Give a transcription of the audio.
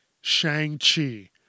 Shang-Chi